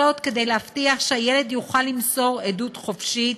זאת כדי להבטיח שהילד יוכל למסור עדות חופשית,